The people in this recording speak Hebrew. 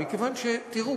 תראו,